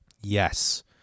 Yes